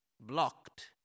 blocked